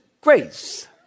grace